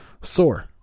Sore